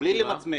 בלי למצמץ.